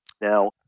Now